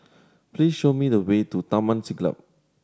please show me the way to Taman Siglap